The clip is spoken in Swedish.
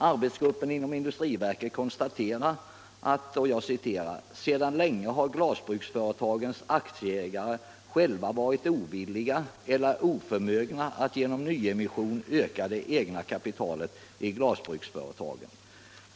Arbetsgruppen inom industriverket konstaterar: ” Sedan länge har glasbruksföretagens aktieägare själva varit ovilliga eller oförmögna att genom nyemission öka det egna kapitalet i glasbruksföretagen.